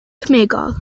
cemegol